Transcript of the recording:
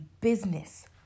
business